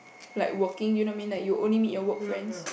like working you know I mean like you only meet your work friends